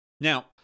Now